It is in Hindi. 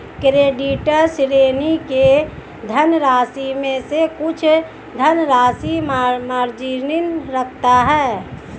क्रेडिटर, ऋणी के धनराशि में से कुछ धनराशि मार्जिन रखता है